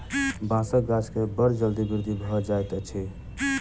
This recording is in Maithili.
बांसक गाछ के बड़ जल्दी वृद्धि भ जाइत अछि